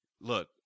look